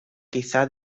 quizá